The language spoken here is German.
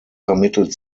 vermittelt